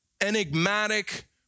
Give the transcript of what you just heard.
enigmatic